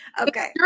Okay